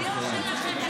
נא לסיים.